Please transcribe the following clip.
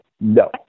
No